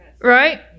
Right